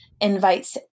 invites